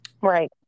Right